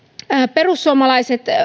perussuomalaiset